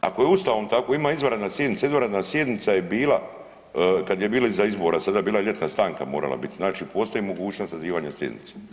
Ako je Ustavom tako ima izvanredna sjednica, izvanredna sjednica je bila kada je bilo iza izbora sada je bila ljetna stanka morala biti, znači postoji mogućnost sazivanja sjednice.